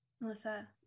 Melissa